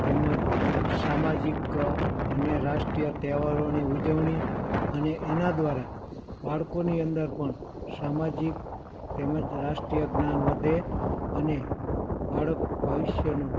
તેમજ સામાજિક અને રાષ્ટ્રીય તહેવારોની ઉજવણી અને એના દ્વારા બાળકોની અંદર પણ સામાજિક તેમજ રાષ્ટ્રીય જ્ઞાન વધે અને બાળક ભવિષ્યનું